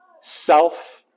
self